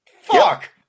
Fuck